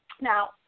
Now